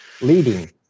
Leading